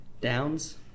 downs